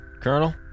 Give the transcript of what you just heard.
Colonel